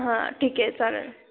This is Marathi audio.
हां ठीक आहे चालेल